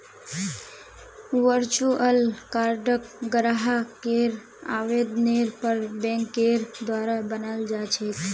virtual कार्डक ग्राहकेर आवेदनेर पर बैंकेर द्वारा बनाल जा छेक